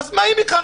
אז מה אם היא חרדית?